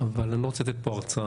אני לא רוצה לתת פה הרצאה.